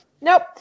nope